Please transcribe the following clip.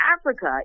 Africa